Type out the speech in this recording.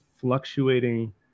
fluctuating